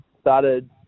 started